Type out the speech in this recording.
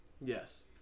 Yes